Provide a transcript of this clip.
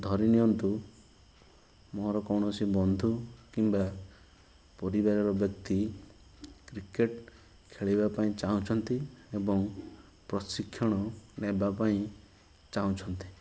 ଧରିନିଅନ୍ତୁ ମୋର କୌଣସି ବନ୍ଧୁ କିମ୍ବା ପରିବାର ବ୍ୟକ୍ତି କ୍ରିକେଟ୍ ଖେଳିବାପାଇଁ ଚାହୁଁଛନ୍ତି ଏବଂ ପ୍ରଶିକ୍ଷଣ ନେବାପାଇଁ ଚାହୁଁଛନ୍ତି